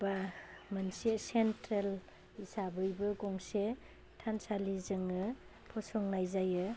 बा मोनसे सेन्ट्रेल हिसाबैबो गंसे थानसालि जोङो फसंनाय जायो